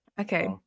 okay